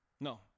No